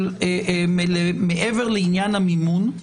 מעבר לעניין המימון,